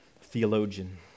theologian